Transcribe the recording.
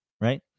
right